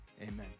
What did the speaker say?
amen